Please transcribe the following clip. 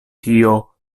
tio